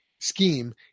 scheme